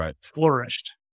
flourished